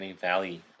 valley